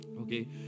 Okay